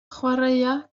chwaraea